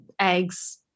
eggs